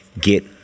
get